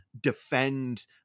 defend